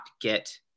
get